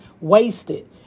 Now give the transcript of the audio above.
wasted